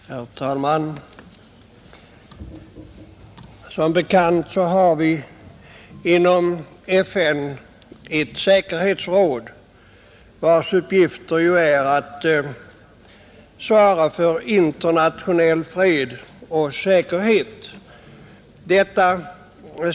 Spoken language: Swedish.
Herr talman! Som bekant finns inom FN ett säkerhetsråd vars uppgift bl.a. är att svara för internationell fred och säkerhet.